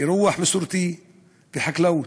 אירוח מסורתי וחקלאות.